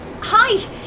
Hi